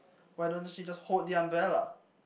why don't she just hold the umbrella